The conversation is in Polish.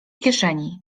kieszeni